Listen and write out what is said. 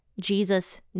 Jesus